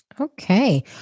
Okay